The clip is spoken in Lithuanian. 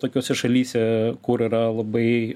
tokiose šalyse kur yra labai